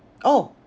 oh